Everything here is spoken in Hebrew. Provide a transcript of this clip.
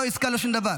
לא עסקה ולא שום דבר.